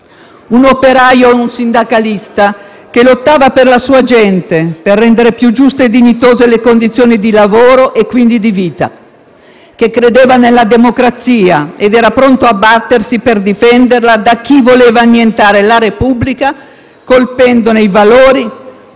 un operaio e un sindacalista che lottava per la sua gente, per rendere più giuste e dignitose le condizioni di lavoro e quindi di vita, che credeva nella democrazia ed era pronto a battersi per difenderla da chi voleva annientare la Repubblica, colpendone i valori,